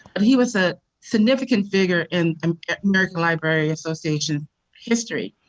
and he was a significant figure and um american library association history.